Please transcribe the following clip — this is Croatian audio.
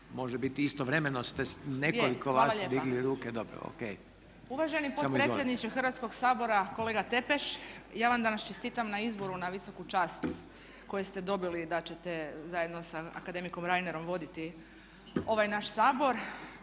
može biti istovremeno ste, nekoliko vas digli ruke, dobro. O.K. Samo izvolite/…. Uvaženi potpredsjedniče Hrvatskoga sabora. Kolega Tepeš, ja vam danas čestitam na izboru na visoku čast koju ste dobili da ćete zajedno sa akademikom Reinerom voditi ovaj naš Sabor.